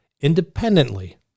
independently